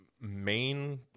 main